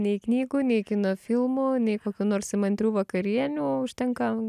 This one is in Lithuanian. nei knygų nei kino filmų nei kokių nors įmantrių vakarienių užtenka